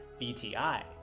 VTI